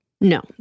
No